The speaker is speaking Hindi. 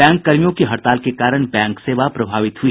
बैंककर्मियों की हड़ताल के कारण बैंक सेवा प्रभावित हुई